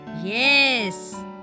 Yes